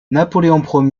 napoléon